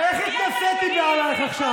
איך התנשאתי מעלייך עכשיו?